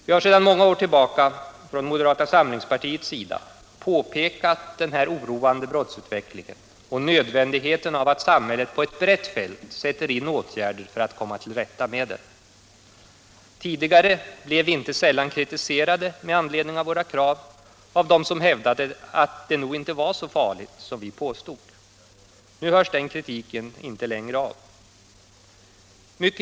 Vi har sedan många år tillbaka från moderata samlingspartiets sida Allmänpolitisk debatt Allmänpolitisk debatt påpekat denna oroande brottsutveckling och nödvändigheten av att samhället på ett brett fält sätter in åtgärder för att komma till rätta med den. Tidigare blev vi inte sällan kritiserade med anledning av våra krav av dem som hävdade att det nog inte var så farligt som vi påstod. Nu hörs den kritiken inte längre av.